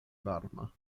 varma